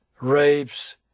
rapes